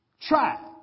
try